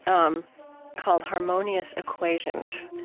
um called harmonious equations,